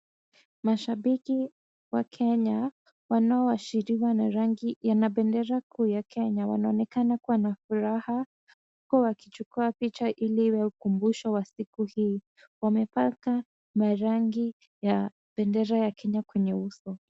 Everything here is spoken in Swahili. Mashabiki wa Kenya wanaoashiriwa na rangi na bendera kuu ya Kenya wanaonekana kuwa na furaha huku wakichukua picha ili uwe ukumbisho wa siku hii. Wamepaka marangi ya bendera ya Kenya kwenye uso.